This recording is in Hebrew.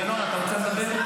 ינון, אתה רוצה לדבר?